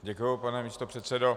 Děkuji, pane místopředsedo.